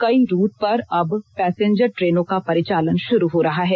कई रूट पर अब पैसेंजर ट्रेनों का परिचालन शुरू हो रहा है